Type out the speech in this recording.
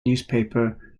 newspaper